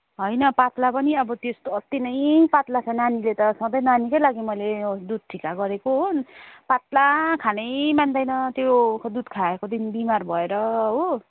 होइन पातला पनि अब त्यस्तो अति नै पातला नानीले त सधैँ नानीकै मैले यो दुध ठिका गरेको हो पातला खानै मान्दैन त्यो दुध खाएको दिन बिमार भएर हो